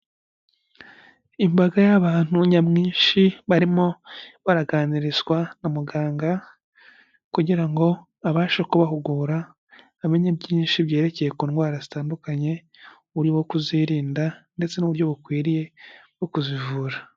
Imbaga y'abantu nyamwinshi barimo baraganirizwa na muganga kugira ngo abashe kubahugura, bamenye byinshi byerekeye ku ndwara zitandukanye burimo kuzirinda ndetse n'uburyo bukwiriye bwo kuzivura.